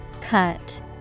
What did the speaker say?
Cut